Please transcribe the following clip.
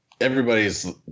everybody's